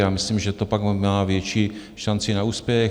Já myslím, že to pak má větší šanci na úspěch.